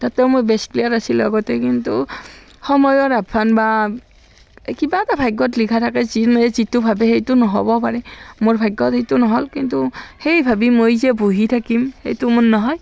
তাতো মই best player আছিলোঁ আগতে কিন্তু সময়ৰ আহ্বান বা এই কিবা এটা ভাগ্যত লিখা থাকে যিনো যিটো ভাবে সেইটো নহ'বও পাৰে মোৰ ভাগ্যত সেইটো নহ'ল কিন্তু সেই ভাবি মই যে বহি থাকিম সেইটো মোৰ নহয়